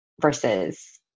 versus